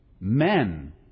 men